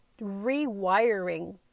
rewiring